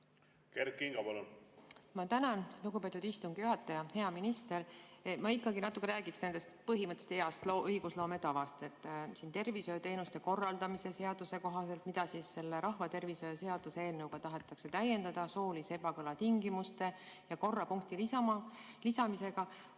Kert Kingo, palun! Ma tänan, lugupeetud istungi juhataja! Hea minister! Ma natukene räägiks nendest põhimõtetest ja heast õigusloome tavast. Tervishoiuteenuste korraldamise seaduse kohaselt, mida selle rahvatervishoiu seaduse eelnõuga tahetakse täiendada soolise ebakõla tingimuste ja korra punkti lisamisega,